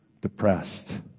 depressed